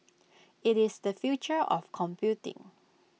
IT is the future of computing